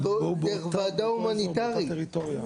דרך ועדה הומניטרית,